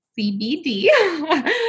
CBD